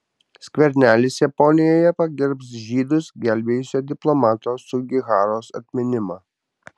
skvernelis japonijoje pagerbs žydus gelbėjusio diplomato sugiharos atminimą